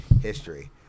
history